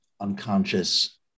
unconscious